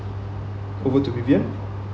over to vivian